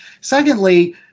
Secondly